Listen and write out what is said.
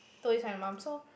told this to my mum so